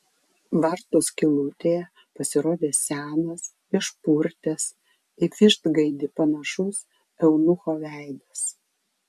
vartų skylutėje pasirodė senas išpurtęs į vištgaidį panašus eunucho veidas